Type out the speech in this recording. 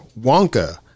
Wonka